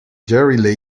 jerry